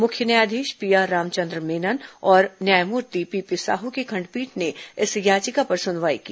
मुख्य न्यायाधीश पीआर रामचंद्र मेनन और न्यायमूर्ति पीपी साहू की खंडपीठ ने इस याचिका पर सुनवाई की